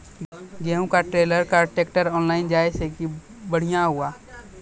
गेहूँ का trailer contractor online जाए जैकी बढ़िया हुआ